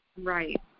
Right